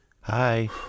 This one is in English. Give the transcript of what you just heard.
Hi